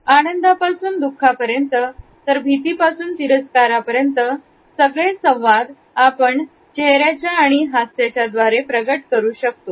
आनंदा पासून दुःख पर्यंत तर भीती पासून तर तिरस्कार पर्यन्त सगळे संवाद आपण चेहऱ्याच्या आणि हास्याच्या द्वारे प्रगट करू शकतो